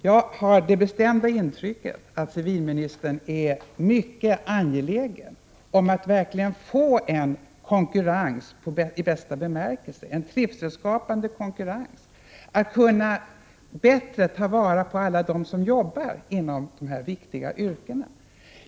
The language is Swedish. Jag har det bestämda intrycket att civilministern är mycket angelägen om att verkligen få en konkurrens i bästa bemärkelse, en trivselskapande konkurrens, och att han vill att vi bättre skall kunna ta vara på alla dem som jobbar inom de här viktiga yrkena.